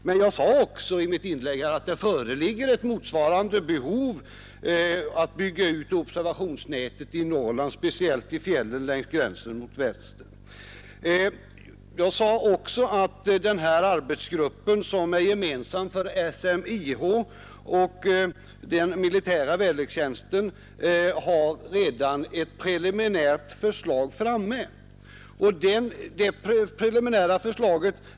Men jag sade också i mitt inlägg att det föreligger ett motsvarande behov av att bygga ut observationsnätet i Norrland, speciellt i fjällen längs gränsen. Jag sade också att den arbetsgrupp som är gemensam för SMHI och den militära väderlekstjänsten MVC redan framlagt ett preliminärt förslag.